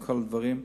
וכל מיני דברים.